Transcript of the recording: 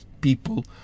people